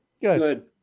Good